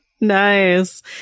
Nice